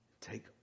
Take